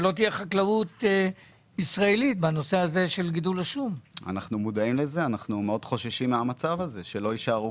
אנחנו מודעים וחוששים מהמצב שלא יישארו